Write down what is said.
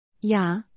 Ja